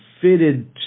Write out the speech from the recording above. fitted